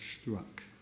struck